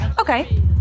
Okay